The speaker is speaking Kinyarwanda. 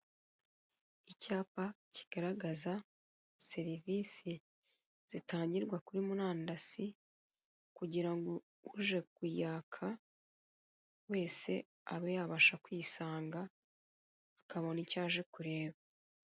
Icyapa kigaragaza serivise zitangirwa kuri murandasi, kugira ngo uje kuyaka wese abe yabasha kwisanga, akabona icyo aje kureba.